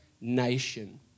nation